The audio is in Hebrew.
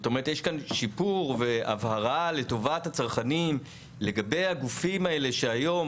זאת אומרת יש כאן שיפור והבהרה לטובת הצרכנים לגבי הגופים האלה שהיום,